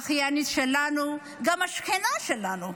האחיינית שלנו וגם השכנה שלנו.